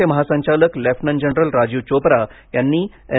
चे महासंचालक lieutenant general Rajiv Chopra यांनी एन